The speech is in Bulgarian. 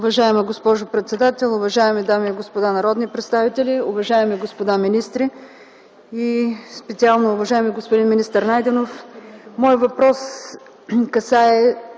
Уважаема госпожо председател, уважаеми дами и господа народни представители, уважаеми господа министри и специално уважаеми господин министър Найденов! Моят въпрос касае